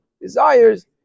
desires